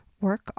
work